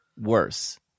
Worse